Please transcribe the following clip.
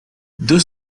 deux